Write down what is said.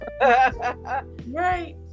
Right